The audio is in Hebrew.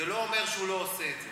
זה לא אומר שהוא לא עושה את זה.